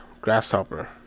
grasshopper